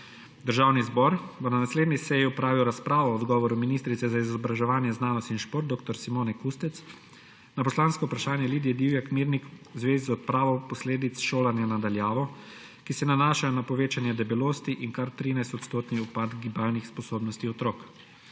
Državni zbor bo na naslednji seji opravil razpravo o odgovoru ministrice za izobraževanje, znanost in šport dr. Simone Kustec na poslansko vprašanje Lidije Divjak Mirnik v zvezi z odpravo posledic šolanja na daljavo, ki se nanašajo na povečanje debelosti in kar 13-odstotni upad gibalnih sposobnostih otrok.